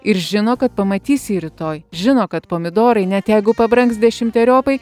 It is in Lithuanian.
ir žino kad pamatys jį rytoj žino kad pomidorai net jeigu pabrangs dešimteriopai